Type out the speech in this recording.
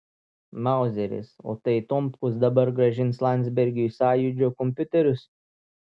mauzeris o tai tomkus dabar grąžins landsbergiui sąjūdžio kompiuterius